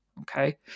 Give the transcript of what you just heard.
okay